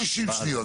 60 שניות,